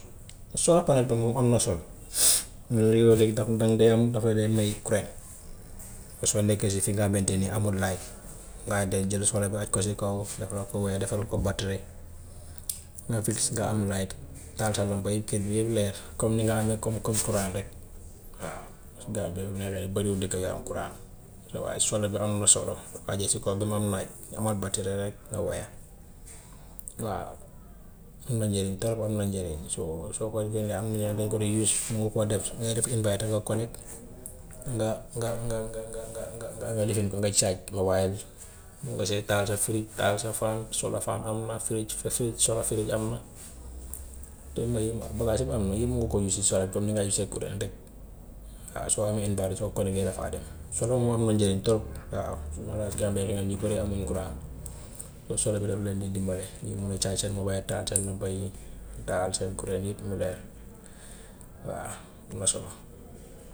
Solar current moom am na solo moom yooyu léegi tax na danga dee am daf lay day may current, soo nekkee si fi nga xamante ni amul light nga dee jël solar bi aj ko si kaw defaral ko weer defal ko battery nga fixe nga am light taal sa làmpa yi kër gi yëpp leer, comme ni nga amee comme comme courant rek waaw gambie ni bariwul dëkk yu am courant, waaye solar bi am na solo. Ajee si kaw ba mu am naaj amal battery rek nga weer, waaw am na njëriñ trop am na njëriñ. So soo koy génne am na ñoo xam ne dañ ko dee use mun nga koo def fi ngay def inviter nga connect nga nga nga nga nga nga nga lifin ko nga charge mobile, mun nga see taal sa fridge, taal sa fan solo fan am na fridge fridge solo fridge am na loolu yëpp bagaas yëpp am na yëpp mun nga koo use si solar comme ni ngay use current rek, waa soo amee soo connect(ee) dafaa dem. Solar moom am na njëriñ trop waaw surtout nag gambie nga xam ñu bari amuñu courant solar bi daf leen di dimbale ñuy mun a charge seen mobile, taal seen làmpa yi, taal seen current yëpp mu leer, waa am na solo.